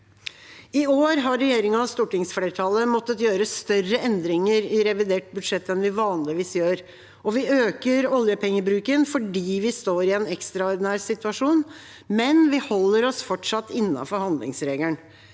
I år har regjeringa og stortingsflertallet måttet gjøre større endringer i revidert budsjett enn vi vanligvis gjør. Vi øker oljepengebruken fordi vi står i en ekstraordinær situasjon, men vi holder oss fortsatt innenfor handlingsregelen.